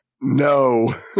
No